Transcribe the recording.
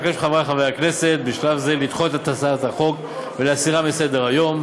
אבקש מחברי חברי הכנסת בשלב זה לדחות את הצעת החוק ולהסירה מסדר-היום.